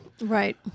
Right